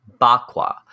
Bakwa